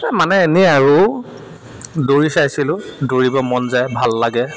মানে এনেই আৰু দৌৰি চাইছিলোঁ দৌৰিব মন যায় ভাল লাগে